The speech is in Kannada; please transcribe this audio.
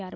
ಆರ್